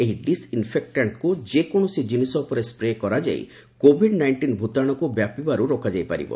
ଏହି ଡିସ୍ଇନ୍ଫେକ୍ଟାଣ୍ଟକୁ ଯେକୌଣସି ଜିନିଷ ଉପରେ ସ୍କ୍ରେ କରାଯାଇ କୋଭିଡ୍ ନାଇଣ୍ଟିନ୍ ଭୂତାଣୁକୁ ବ୍ୟାପିବାରୁ ରୋକାଯାଇ ପାରିବ